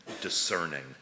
discerning